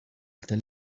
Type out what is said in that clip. tell